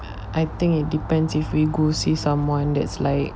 I think it depends if we go see someone that's like